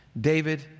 David